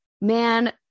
man